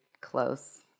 close